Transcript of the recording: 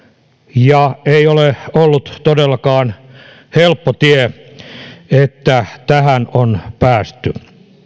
ja ei ole ollut todellakaan helppo tie että tähän on päästy